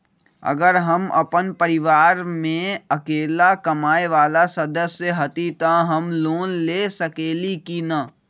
अगर हम अपन परिवार में अकेला कमाये वाला सदस्य हती त हम लोन ले सकेली की न?